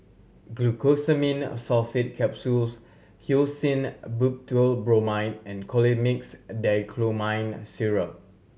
Glucosamine Sulfate Capsules Hyoscine Butylbromide and Colimix Dicyclomine Syrup